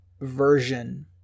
Version